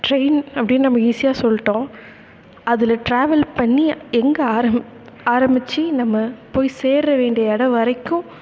train அப்படின்னு நம்ம ஈஸியாக சொல்லிட்டோம் அதில் டிராவல் பண்ணி எங்கே ஆரம் ஆரம்பிச்சு நம்ம போய் சேர வேண்டிய இடம் வரைக்கும்